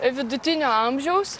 vidutinio amžiaus